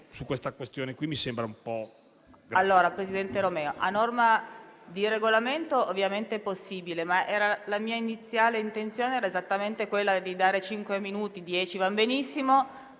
Presidente Romeo, a norma di Regolamento ovviamente è possibile, ma la mia iniziale intenzione era esattamente quella di dare cinque minuti - dieci vanno benissimo